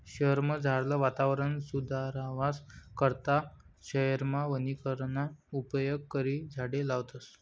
शयेरमझारलं वातावरण सुदरावाना करता शयेरमा वनीकरणना उपेग करी झाडें लावतस